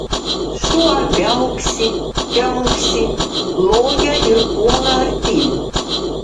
šuo viauksi kiauksi loja ir puola artyn